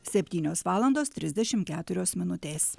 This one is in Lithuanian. septynios valandos trisdešim keturios minutės